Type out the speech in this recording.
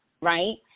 right